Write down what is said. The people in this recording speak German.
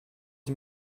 sie